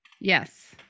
Yes